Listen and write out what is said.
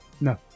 No